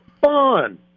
fun